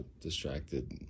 distracted